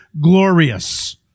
glorious